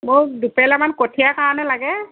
মোক দুপেলামান কঠীয়াৰ কাৰণে লাগে